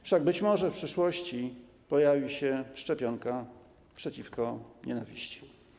Wszak być może w przyszłości pojawi się szczepionka przeciwko nienawiści.